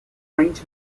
french